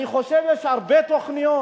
אני חושב שיש הרבה תוכניות,